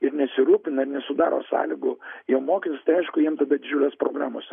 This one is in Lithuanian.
ir nesirūpina ir nesudaro sąlygų jiem mokytis tai aišku jiem tada didžiulės problemos yra